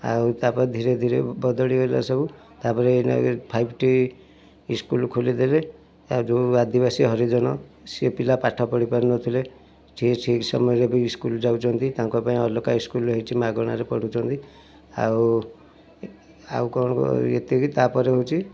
ଆଉ ତାପରେ ଧୀରେ ଧୀରେ ବଦଳିଗଲା ସବୁ ତାପରେ ଏନା ଫାଇଭ୍ ଟି ଇସ୍କୁଲ୍ ଖୋଲିଦେଲେ ଯେଉଁ ଆଦିବାସୀ ହରିଜନ ସେପିଲା ପାଠପଢ଼ି ପାରୁନଥିଲେ ସିଏ ଠିକ୍ ସମୟରେ ବି ସ୍କୁଲ୍ ଯାଉଛନ୍ତି ତାଙ୍କ ପାଇଁ ଅଲଗା ଇସ୍କୁଲ୍ ହେଇଛି ମାଗଣାରେ ପଢ଼ୁଛନ୍ତି ଆଉ ଆଉ କଣ କ ଏତିକି ତାପରେ ହେଉଛି